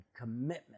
commitment